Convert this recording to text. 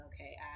okay